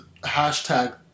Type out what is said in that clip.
hashtag